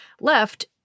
left